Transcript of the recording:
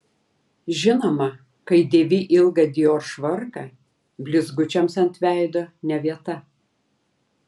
žinoma kai dėvi ilgą dior švarką blizgučiams ant veido ne vieta